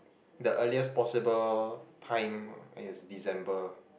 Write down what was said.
the earliest possible time is December